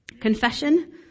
Confession